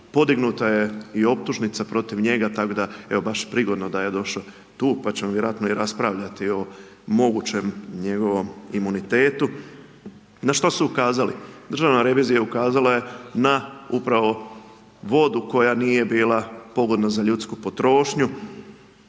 podignuta je i optužnica protiv njega, tako da, evo baš prigodno da je došao tu, pa ćemo vjerojatno raspravljati o mogućem njegovom imunitetu, na što su ukazali? Državna revizija ukazala je na upravo vodu koja nije bila pogodna za ljudsku potrošnju,